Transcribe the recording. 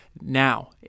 now